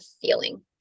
feeling